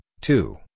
two